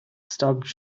stop